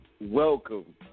Welcome